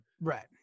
Right